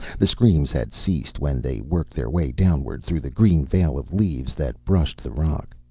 the screams had ceased when they worked their way downward through the green veil of leaves that brushed the rock.